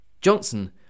Johnson